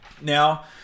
Now